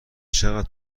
چقدر